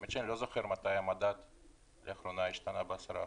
אני לא זוכר מתי המדד השתנה לאחרונה ב-10%.